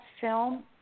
film